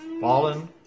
fallen